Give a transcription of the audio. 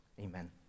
Amen